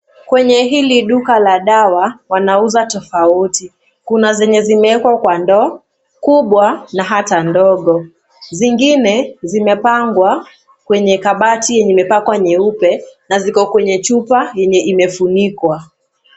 Kwenye hili duka la dawa, wanauza tofauti. Kuna zenye zimekwa kwa ndoo, kubwa na hata ndogo. Zingine zimepangwa kwenye kabati yenye imepakwa nyeupe, na ziko kwenye chupa yenye imefunikwa.